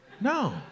No